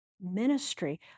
ministry